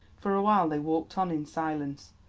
for a while they walked on in silence.